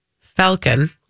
Falcon